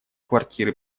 квартиры